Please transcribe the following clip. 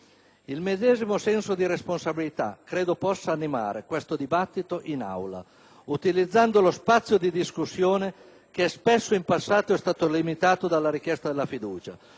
Il medesimo senso di responsabilità credo possa animare questo dibattito in Aula, utilizzando lo spazio di discussione, che spesso in passato è stato limitato dalla richiesta della fiducia,